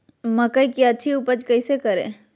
मकई की अच्छी उपज कैसे करे?